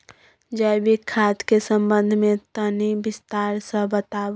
जैविक खाद के संबंध मे तनि विस्तार स बताबू?